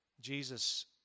Jesus